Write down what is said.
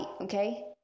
okay